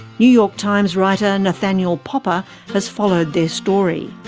new york times writer nathanial popper has followed their story.